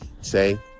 say